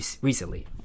recently